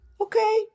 okay